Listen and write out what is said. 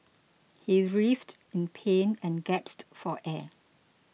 he writhed in pain and gasped for air